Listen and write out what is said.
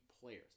players